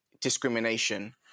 discrimination